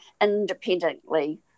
independently